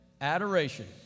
Adoration